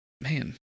man